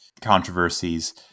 controversies